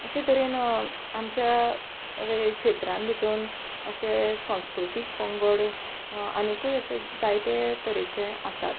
अशें तरेन आमच्या वेगळ्या क्षेत्रान भितून अशें संस्कृतीक पंगड आनिकूय अशे जायते तरेचे आसात